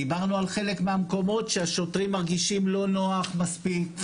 דיברנו על חלק מהמקומות שהשוטרים מרגישים לא נוח מספיק.